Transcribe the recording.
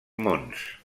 mons